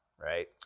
Right